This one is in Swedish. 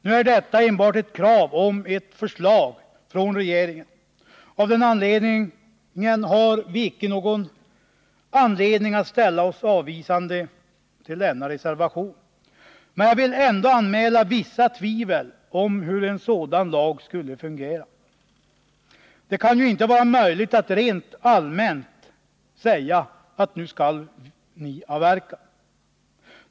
Nu är detta enbart ett krav på förslag från regeringen, och därför har vi inte någon anledning att ställa oss avvisande till denna reservation. Men jag vill ändå anmäla vissa tvivel i fråga om hur en sådan lag skulle fungera. Det kan ju inte vara möjligt att rent allmänt säga: Nu skall ni avverka.